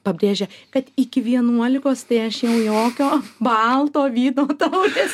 pabrėžia kad iki vienuolikos tai aš jau jokio balto vyno taurės